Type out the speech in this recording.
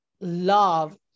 love